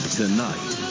tonight